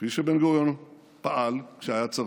כפי שבן-גוריון פעל כשהיה צריך,